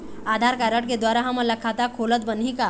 आधार card के द्वारा हमन ला खाता खोलत बनही का?